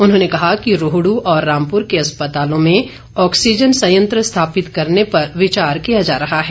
उन्होंने कहा कि रोहडू और रामपुर के अस्पतालों में ऑक्सीजन संयंत्र स्थापित करने पर विचार किया जा रहा है